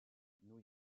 new